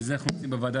זה אנחנו יודעים בוועדה,